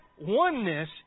oneness